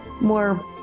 more